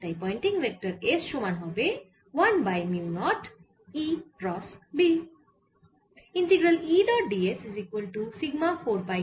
তাই Poynting vector S সমান হবে 1 by mu naught E cross B